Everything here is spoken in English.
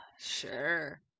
Sure